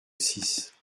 six